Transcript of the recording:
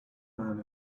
man